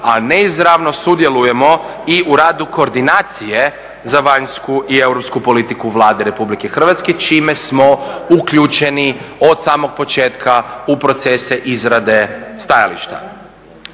a neizravno sudjelujemo i u radu koordinacije za vanjsku i europsku politiku Vlade RH čime smo uključeni od samog početka u procese izrade stajališta.